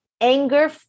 anger